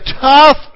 tough